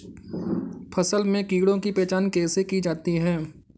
फसल में कीड़ों की पहचान कैसे की जाती है?